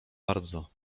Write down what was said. bardzo